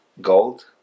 gold